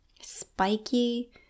spiky